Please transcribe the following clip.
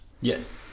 Yes